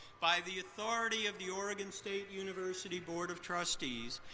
by the authority of the oregon state university board of trustees,